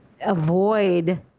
avoid